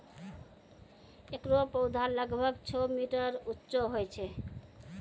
एकरो पौधा लगभग छो मीटर उच्चो होय छै